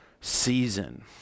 season